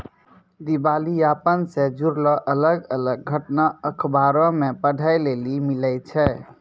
दिबालियापन से जुड़लो अलग अलग घटना अखबारो मे पढ़ै लेली मिलै छै